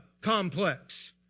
complex